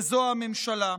וזאת הממשלה.